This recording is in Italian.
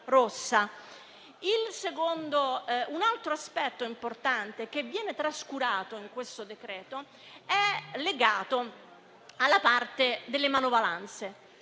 Un altro aspetto importante che viene trascurato in questo decreto-legge è legato alla parte delle manovalanze.